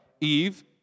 Eve